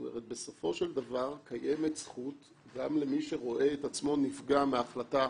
בסופו של דבר קיימת זכות גם למי שרואה את עצמו נפגע מהפרטה